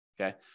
okay